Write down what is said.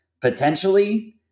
potentially